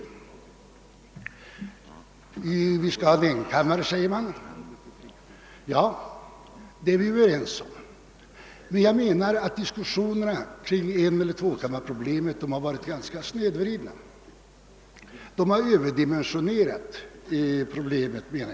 Det innebär att vi skall ha en enkammare, och det är vi överens om. Jag menar dock att diskussionerna kring eneller tvåkammarproblemet varit ganska snedvridna och vi har överdimensionerat skillnaderna.